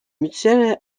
mutuelles